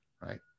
right